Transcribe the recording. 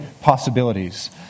possibilities